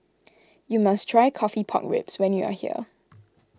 you must try Coffee Pork Ribs when you are here